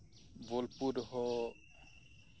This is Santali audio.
ᱵᱳᱞᱯᱩᱨ ᱦᱚᱸ